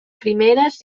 primeres